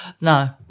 No